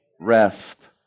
rest